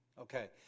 Okay